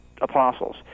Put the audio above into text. apostles